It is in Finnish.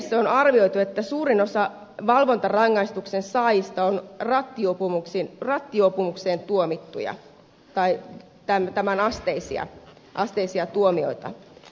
oikeusministeriössä on arvioitu että suurin osa valvontarangaistuksen saajista on rattijuopumukseen tuomittuja tai tämän asteisen tuomion saaneita